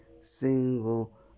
single